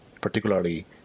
particularly